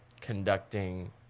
conducting